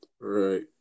Right